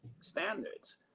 standards